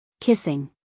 Kissing